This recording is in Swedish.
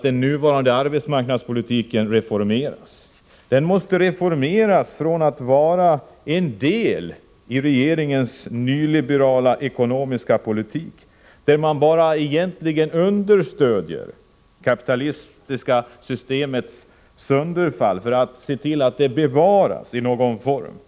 Den nuvarande arbetsmarknadspolitiken måste reformeras från att vara en del i regeringens nyliberala ekonomiska politik, där man egentligen bara understödjer det kapitalistiska systemets sönderfall och försöker se till att systemet bevaras i någon form.